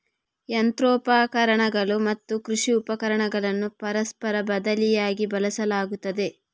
ಯಂತ್ರೋಪಕರಣಗಳು ಮತ್ತು ಕೃಷಿ ಉಪಕರಣಗಳನ್ನು ಪರಸ್ಪರ ಬದಲಿಯಾಗಿ ಬಳಸಲಾಗುತ್ತದೆ